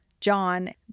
John